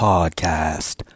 Podcast